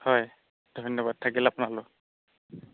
হয় ধন্যবাদ থাকিল আপোনালৈও